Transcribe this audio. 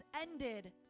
ended